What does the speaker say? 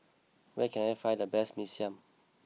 where can I find the best Mee Siam